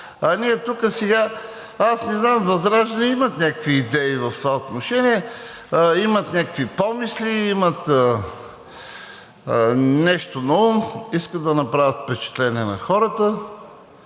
– не знам, ВЪЗРАЖДАНЕ имат някакви идеи в това отношение, имат някакви помисли, имат нещо наум, искат да направят впечатление на хората